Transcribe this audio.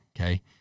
okay